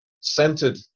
centered